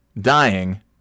dying